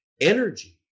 energy